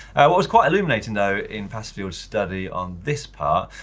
what was quite illuminating though, in passfield's study on this part,